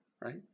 right